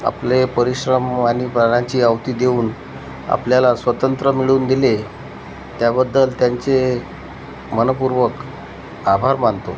आपले परिश्रम आणि प्राणांची आहुती देऊन आपल्याला स्वातंत्र्य मिळवून दिले त्याबद्दल त्यांचे मन पूर्वक आभार मानतो